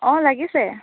অঁ লাগিছে